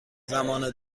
زمان